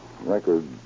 Record